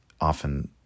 often